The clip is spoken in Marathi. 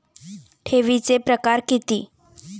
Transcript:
ठेवीचे प्रकार किती?